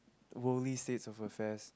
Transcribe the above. worldly states of affairs